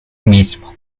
mismo